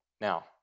Now